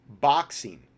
boxing